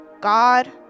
God